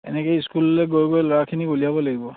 এনেকে স্কুললে গৈ গৈ ল'ৰাখিনি উলিয়াব লাগিব